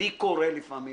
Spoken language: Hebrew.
לי קורה לפעמים